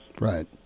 Right